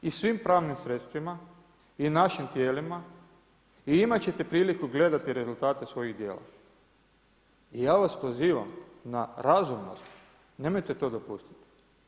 I svim pravnim sredstvima i našim tijelima i imati ćete priliku gledati rezultate svojih dijela . i ja vas pozivam na razumnost, nemojte to dopustiti.